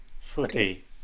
Footy